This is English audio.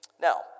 Now